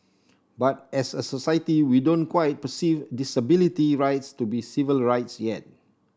but as a society we don't quite perceive disability rights to be civil rights yet